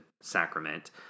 sacrament